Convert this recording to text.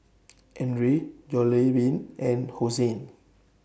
Andre Jollibean and Hosen